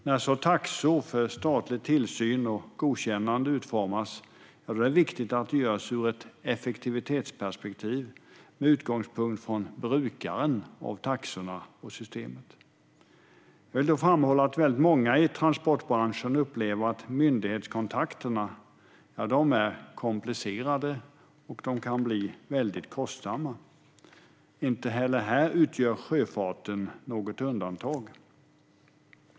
När taxor för statlig tillsyn och godkännande utformas är det viktigt att det görs ur ett effektivitetsperspektiv med utgångspunkt från brukaren av taxorna och systemet. Jag vill då framhålla att många i transportbranschen upplever att myndighetskontakterna är komplicerade och att de kan bli väldigt kostsamma. Här utgör inte sjöfarten något undantag.